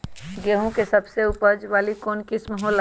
गेंहू के सबसे अच्छा उपज वाली कौन किस्म हो ला?